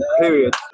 period